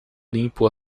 limpo